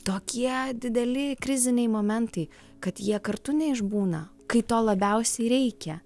tokie dideli kriziniai momentai kad jie kartu neišbūna kai to labiausiai reikia